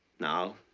now.